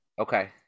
Okay